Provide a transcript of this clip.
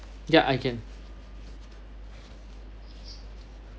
ya I can